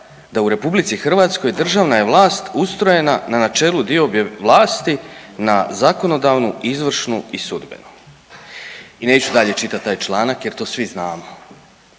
da u RH državna je vlast je ustrojena na načelu diobe vlasti na zakonodavnu, izvršnu i sudbenu. I neću dalje čitat taj članak jer to svi znamo.